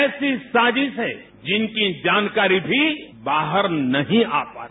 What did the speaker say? ऐसी साजिशें जिनकी जानकारी भी बाहर नहीं आ पाती